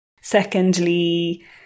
secondly